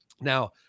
Now